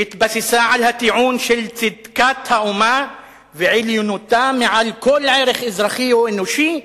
שהתבססה על הטיעון של צדקת האומה ועליונותה מעל כל ערך אזרחי או אנושי,